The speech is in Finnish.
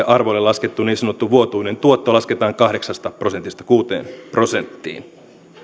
arvolle laskettu niin sanottu vuotuinen tuotto lasketaan kahdeksasta prosentista kuuteen prosenttiin